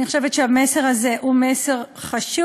אני חושבת שהמסר הזה הוא מסר חשוב.